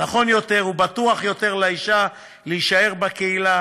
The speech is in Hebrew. נכון יותר ובטוח יותר לאשה להישאר בקהילה,